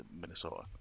minnesota